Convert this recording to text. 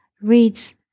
reads